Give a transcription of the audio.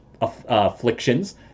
afflictions